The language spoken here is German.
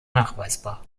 nachweisbar